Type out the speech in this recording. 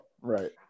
Right